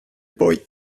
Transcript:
boy